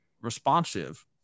responsive